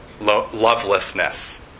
lovelessness